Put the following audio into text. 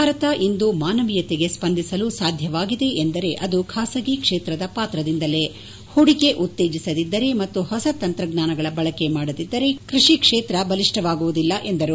ಭಾರತ ಇಂದು ಮಾನವೀಯತೆಗೆ ಸ್ಪಂದಿಸಲು ಸಾಧ್ಯವಾಗಿದೆಯೆಂದರೆ ಅದು ಖಾಸಗಿ ಕ್ಷೇತ್ರದ ಪಾತ್ರದಿಂದಲೇ ಹೂಡಿಕೆ ಉತ್ತೇಜಿಸದಿದ್ದರೆ ಮತ್ತು ಹೊಸ ತಂತ್ರಜ್ಞಾನಗಳ ಬಳಕೆ ಮಾಡದಿದ್ದರೆ ಕೃಷಿ ಕ್ಷೇತ್ರ ಬಲಿಷ್ಠವಾಗುವುದಿಲ್ಲ ಎಂದರು